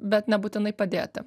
bet nebūtinai padėti